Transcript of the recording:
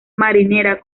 marinera